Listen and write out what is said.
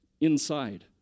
inside